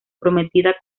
prometida